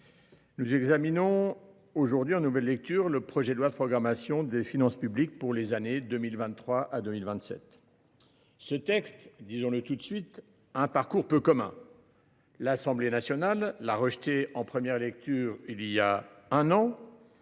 à examiner, en nouvelle lecture, le projet de loi de programmation des finances publiques pour les années 2023 à 2027. Ce texte a eu un parcours peu commun : l’Assemblée nationale l’a rejeté en première lecture il y a un an,